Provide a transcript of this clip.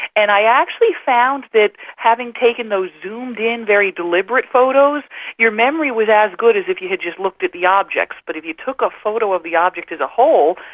and i actually found that having taken those zoomed-in very deliberate photos your memory was as good as if you had just looked at the objects. but if you took a photo of the object as a whole,